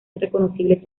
reconocibles